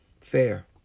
fair